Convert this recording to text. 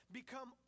become